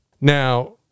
Now